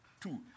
Two